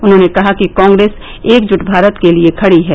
उन्होंने कहा कि कांग्रेस एकजूट भारत के लिए खड़ी है